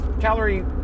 calorie